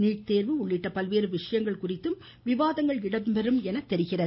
NEET தேர்வு உள்ளிட்ட பல்வேறு வியங்கள் குறித்தும் விவாதங்கள் நடைபெறும் என தெரிகிறது